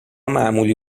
معمولی